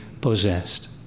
possessed